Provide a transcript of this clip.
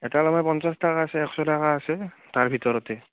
পঞ্চাছ টকা আছে এশ টকা আছে তাৰ ভিতৰতে